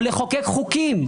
או לחוקק חוקים,